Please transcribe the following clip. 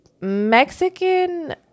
mexican